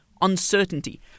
Uncertainty